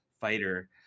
fighter